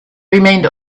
remained